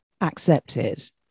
accepted